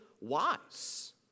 wise